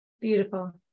Beautiful